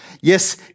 Yes